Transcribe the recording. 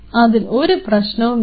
അതിൽ ഒരു പ്രശ്നവുമില്ല